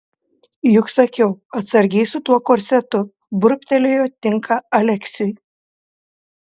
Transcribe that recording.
juk sakiau atsargiai su tuo korsetu burbtelėjo tinka aleksiui